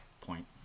point